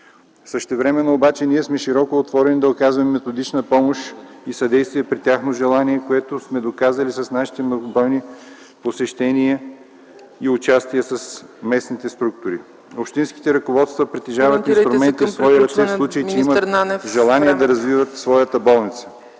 Същевременно обаче ние сме широко отворени да оказваме методична помощ и съдействие при тяхно желание, което сме доказали с нашите многобройни посещения и участия с местните структури. Общинските ръководства притежават инструменти в свои ръце, в случай че имат желание да развиват своята болница.